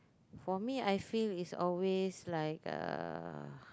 for me I feel it's always like uh